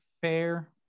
fair